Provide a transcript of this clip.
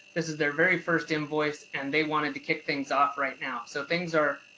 this is their very first invoice and they wanted to kick things off right now. so things are,